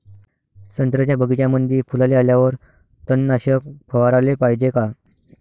संत्र्याच्या बगीच्यामंदी फुलाले आल्यावर तननाशक फवाराले पायजे का?